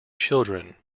children